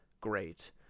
Great